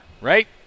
right